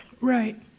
Right